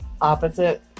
Opposite